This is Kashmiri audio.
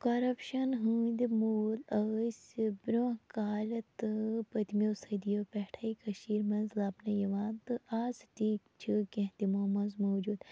کرَپشَن ہٕنٛدۍ موٗل ٲسۍ برونٛہہ کالہِ تہٕ پٔتمیو صٔدیو پٮ۪ٹھے کٔشیٖر منٛز لَبنہٕ یِوان تہٕ آز تی چھِ کینٛہہ تِمَو منٛز موٗجوٗد